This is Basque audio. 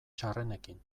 txarrenekin